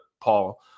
Paul